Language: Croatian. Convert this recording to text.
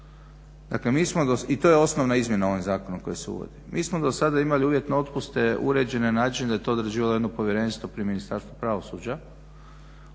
Dakle, mi smo i to je osnovna izmjena ovim zakonom koji se uvodi. Mi smo do sada imali uvjetne otpuste uređene na način da je to odrađivalo jedno povjerenstvo pri Ministarstvu pravosuđa